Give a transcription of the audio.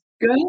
Good